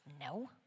No